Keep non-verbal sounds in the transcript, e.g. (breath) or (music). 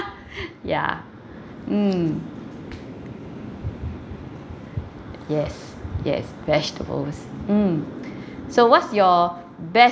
(laughs) (breath) ya (breath) mm yes yes vegetables mm (breath) so what's your best